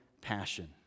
passion